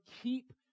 keep